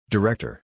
Director